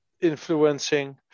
influencing